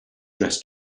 dress